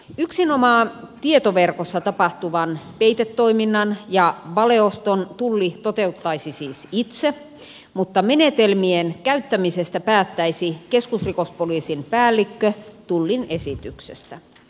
yksinomaan tietoverkossa tapahtuvan peitetoiminnan ja valeoston tulli toteuttaisi siis itse mutta menetelmien käyttämisestä päättäisi keskusrikospoliisin päällikkö tullin esityksestä